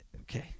Okay